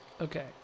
Okay